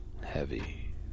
heavy